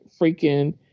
freaking